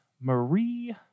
Marie